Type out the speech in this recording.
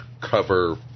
cover